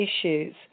issues